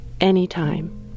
anytime